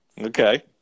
Okay